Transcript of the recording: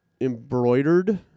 embroidered